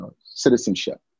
citizenship